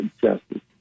Justice